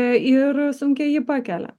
ir sunkiai jį pakelia